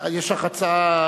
יש לך הצעה?